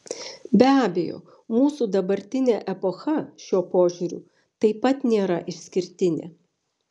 be abejo mūsų dabartinė epocha šiuo požiūriu taip pat nėra išskirtinė